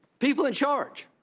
people in charge.